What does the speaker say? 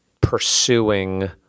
pursuing